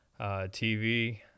TV